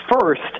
first